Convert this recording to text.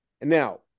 Now